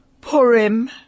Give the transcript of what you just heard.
Purim